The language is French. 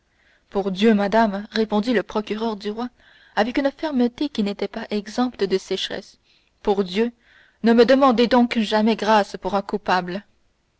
pour dieu madame répondit le procureur du roi avec une fermeté qui n'était pas exempte de sécheresse pour dieu ne me demandez donc jamais grâce pour un coupable